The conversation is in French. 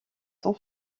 son